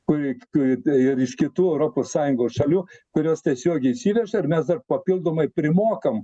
kuri kaip ir iš kitų europos sąjungos šalių kurios tiesiogiai įsiveža ir mes dar papildomai primokam